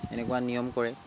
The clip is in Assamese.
এনেকুৱা নিয়ম কৰে